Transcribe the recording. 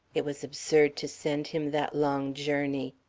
it was absurd to send him that long journey.